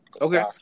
Okay